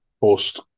post